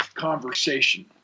conversation